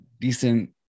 decent